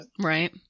Right